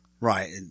right